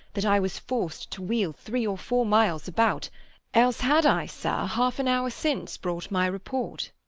that i was forc'd to wheel three or four miles about else had i, sir, half an hour since brought my report.